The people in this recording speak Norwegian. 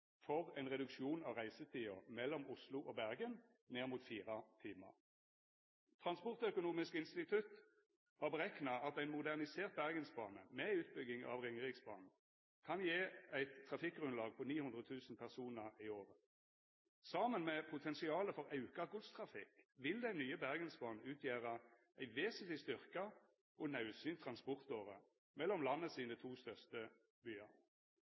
for ein reduksjon av reisetida mellom Oslo og Bergen ned mot fire timar. Transportøkonomisk institutt har berekna at ein modernisert Bergensbane, med utbygging av Ringeriksbanen, kan gje eit trafikkgrunnlag på 900 000 personar i året. Saman med potensialet for auka godstrafikk vil den nye Bergensbanen utgjera ei vesentleg styrkt og naudsynt transportåre mellom dei to største